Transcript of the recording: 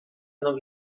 mną